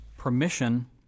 Permission